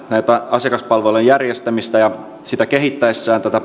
asiakaspalvelun järjestämistä ja palveluverkkoaan kehittäessään